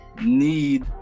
need